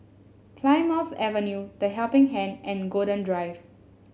Plymouth Avenue The Helping Hand and Golden Drive